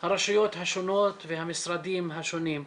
הרשויות השונות והמשרדים השונים.